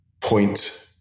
point